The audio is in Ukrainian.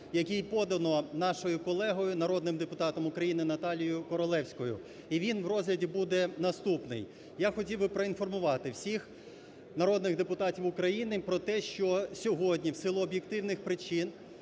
який подано нашою колегою, народним депутатом України Наталією Королевською, і він в розгляді буде наступний. Я хотів би проінформувати всіх народних депутатів України про те, що сьогодні в силу об'єктивних причин